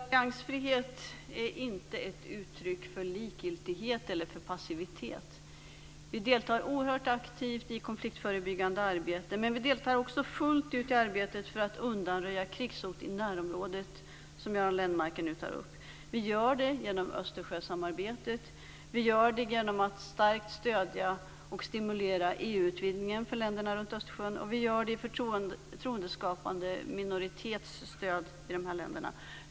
Herr talman! Militär alliansfrihet är inte ett uttryck för likgiltighet eller passivitet. Vi deltar oerhört aktivt i konfliktförebyggande arbete, men vi deltar också fullt ut i arbetet för att undanröja krigshot i närområdet, som Göran Lennmarker nu tar upp. Vi gör det genom Östersjösamarbetet. Vi gör det genom att starkt stödja och stimulera EU-utvidgningen för länderna runt Östersjön. Vi gör det genom förtroendeskapande minoritetsstöd till de här länderna.